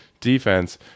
defense